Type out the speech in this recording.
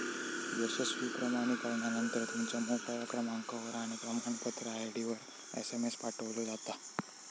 यशस्वी प्रमाणीकरणानंतर, तुमच्या मोबाईल क्रमांकावर आणि प्रमाणपत्र आय.डीवर एसएमएस पाठवलो जाता